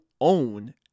own